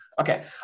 Okay